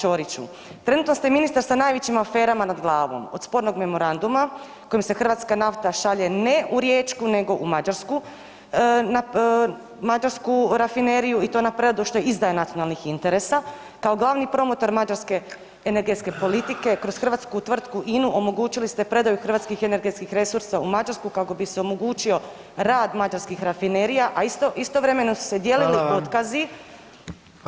Ćoriću trenutno ste ministar s najvećim aferama nad glavom od spornog Memoranduma kojim se hrvatska nafta šalje ne u riječku nego u mađarsku rafineriju i to … što je izdaja nacionalnih interesa kao glavni promotor mađarske energetske politike kroz hrvatsku tvrtku INA-u omogućili ste predaju hrvatskih energetskih resursa u Mađarsku kako bi se omogućio rad mađarskih rafinerija, a istovremeno su se dijelili otkazi u